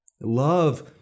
Love